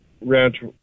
ranch